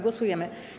Głosujemy.